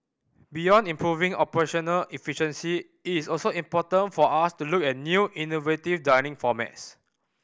beyond improving operational efficiency it is also important for us to look at new innovative dining formats